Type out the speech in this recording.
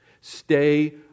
Stay